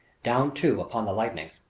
down too upon the lightnings.